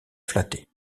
flatté